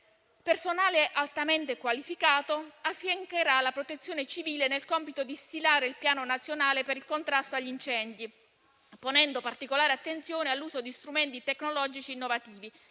Personale altamente qualificato affiancherà la Protezione civile nel compito di stilare il piano nazionale per il contrasto agli incendi, ponendo particolare attenzione all'uso di strumenti tecnologici innovativi.